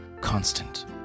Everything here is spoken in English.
constant